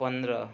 पन्ध्र